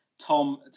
Tom